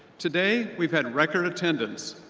today, we've had record attendance.